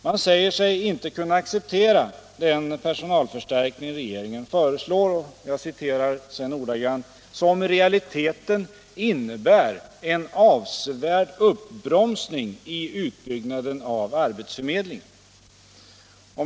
Man säger sig inte kunna acceptera den personalförstärkning regeringen föreslår — ”som i realiteten innebär en avsevärd uppbromsning i utbyggnaden av arbetsförmedlingen”.